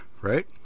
right